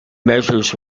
measures